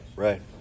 Right